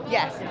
Yes